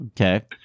Okay